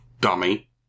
dummy